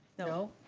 no?